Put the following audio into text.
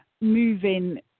moving